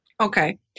Okay